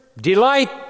delight